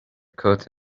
coat